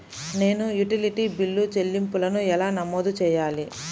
నేను utility bill చెల్లింపులను ఎలా నమోదు చేయాలి?